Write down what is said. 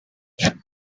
mother